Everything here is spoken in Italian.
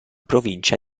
provincia